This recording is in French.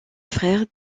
frère